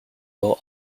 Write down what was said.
role